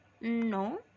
No